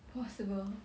possible